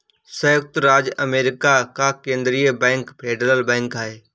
सयुक्त राज्य अमेरिका का केन्द्रीय बैंक फेडरल बैंक है